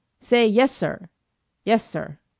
say yes, sir yes, sir.